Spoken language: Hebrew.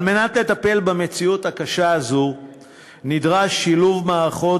כדי לטפל במציאות הקשה הזאת נדרש שילוב מערכות